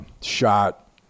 shot